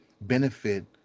benefit